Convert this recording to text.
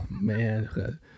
man